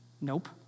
Nope